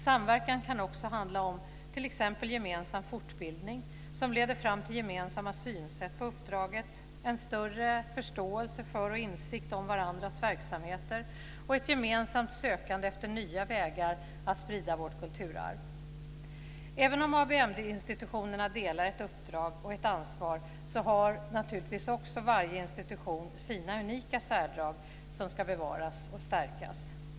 Samverkan kan också handla om t.ex. gemensam fortbildning som leder fram till gemensamma synsätt på uppdraget, en större förståelse för och insikt om varandras verksamheter och ett gemensamt sökande efter nya vägar att sprida vårt kulturarv. Även om ABM-institutionerna delar ett uppdrag och ett ansvar har naturligtvis också varje institution sina unika särdrag som ska bevaras och stärkas.